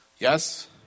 Yes